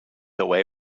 away